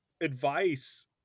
advice